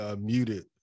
muted